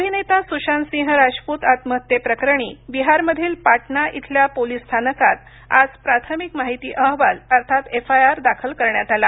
अभिनेता सुशांतसिंह राजपूत आत्महत्येप्रकरणी बिहारमधील पाटणा इथल्या पोलीस स्थानकात आज प्राथमिक माहिती अहवाल अर्थात एफआयआर दाखल करण्यात आला